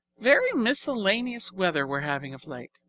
very miscellaneous weather we're having of late.